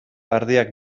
ardiak